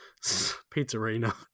pizzerina